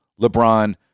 LeBron